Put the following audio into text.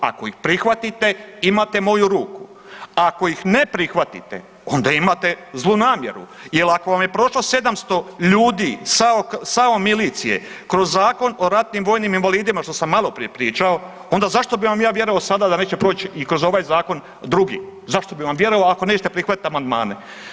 Ako ih prihvatite imate moju ruku, a ako ih ne prihvatite onda imate zlu namjeru jer ako vam je prošlo 700 ljudi SAO milicije kroz Zakon o ratnim vojnim invalidima što sam maloprije pričao onda zašto bi vam ja vjerovao sada da neće proći kroz ovaj zakon drugi, zašto bih vam vjerovao ako nećete prihvatiti amandmane.